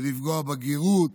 לפגוע בגרות